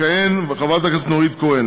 תכהן חברת הכנסת נורית קורן,